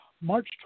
March